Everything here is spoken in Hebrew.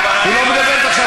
היא לא מדברת עכשיו,